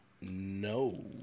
no